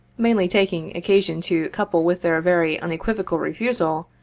many taking occasion to couple with their very unequivocal refusal,